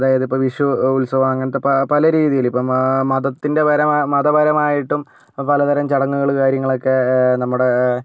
അതായത് ഇപ്പോൾ വിഷു ഉത്സവം അങ്ങനത്തെ പ പല രീതിയിൽ ഇപ്പോൾ മതത്തിൻ്റെ മതപരമായിട്ടും പലതരം ചടങ്ങുകൾ കാര്യങ്ങളൊക്കെ നമ്മുടെ